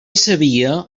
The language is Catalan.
sabia